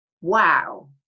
wow